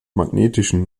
magnetischen